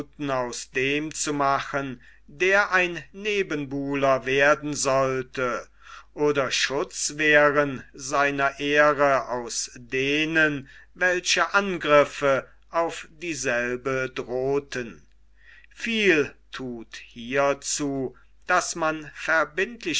aus dem zu machen der ein nebenbuler werden sollte oder schutzwehren seiner ehre aus denen welche angriffe auf dieselbe drohten viel thut hiezu daß man